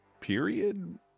period